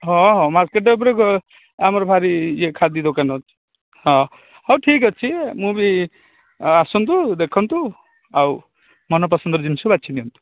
ହଁ ହଁ ମାର୍କେଟ ଉପରେ ଆମର ଭାରି ଖାଦି ଦୋକାନ ଅଛି ହଁ ହେଉ ଠିକ ଅଛି ମୁଁ ବି ଆସନ୍ତୁ ଦେଖନ୍ତୁ ଆଉ ମନ ପସନ୍ଦର ଜିନିଷ ବାଛି ନିଅନ୍ତୁ